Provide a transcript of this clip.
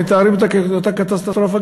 שמתארים אותה כאותה קטסטרופה,